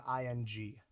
ing